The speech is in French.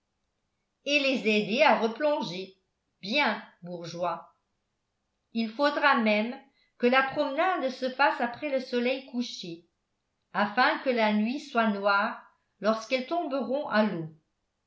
et et les aider à replonger bien bourgeois il faudra même que la promenade se fasse après le soleil couché afin que la nuit soit noire lorsqu'elles tomberont à